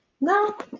no